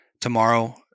tomorrow